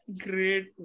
Great